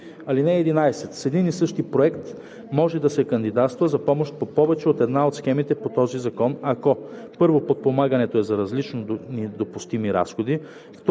ѝ. (11) С един и същ проект може да се кандидатства за помощ по повече от една от схемите по този закон, ако: 1. подпомагането е за различни допустими разходи;